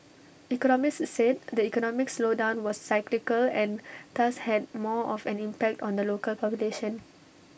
economists said the economic slowdown was cyclical and thus had more of an impact on the local population